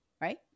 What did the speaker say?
right